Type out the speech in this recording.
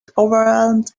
overwhelmed